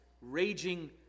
raging